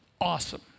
awesome